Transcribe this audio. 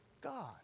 God